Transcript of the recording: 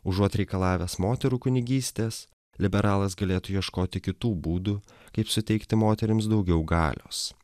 užuot reikalavęs moterų kunigystės liberalas galėtų ieškoti kitų būdų kaip suteikti moterims daugiau galios